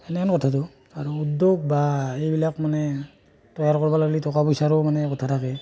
সেনেহেন কথাটো আৰু উদ্যোগ বা এইবিলাক মানে তৈয়াৰ কৰিব ল'লে টকা পইচাৰো মানে কথা থাকে